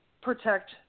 protect